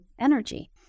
energy